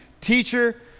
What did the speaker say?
teacher